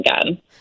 again